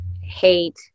hate